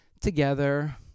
together